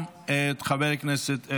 התשפ"ג 2023,